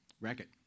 Racket